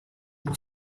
pour